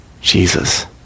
Jesus